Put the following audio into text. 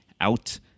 out